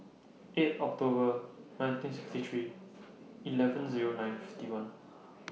eight October nineteen sixty three eleven Zero nine fifty one